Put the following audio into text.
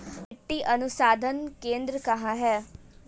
मिट्टी अनुसंधान केंद्र कहाँ है?